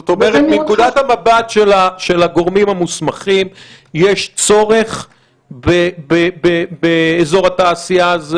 זאת אומרת שמנקודת המבט של הגורמים המוסמכים יש צורך באזור התעשייה הזה,